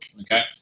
okay